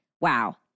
Wow